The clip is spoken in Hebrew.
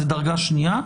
זה דרגה שנייה,